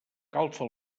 calfa